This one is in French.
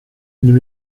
nous